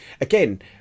Again